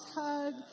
hug